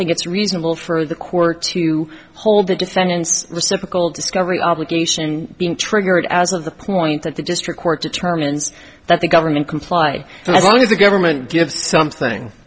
think it's reasonable for the court to hold the defendant's reciprocal discovery obligation being triggered as of the point that the district court determines that the government comply and as long as the government gives something